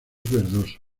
verdoso